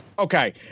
Okay